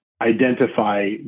identify